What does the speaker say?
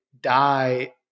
die